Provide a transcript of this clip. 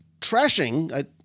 Trashing